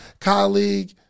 colleague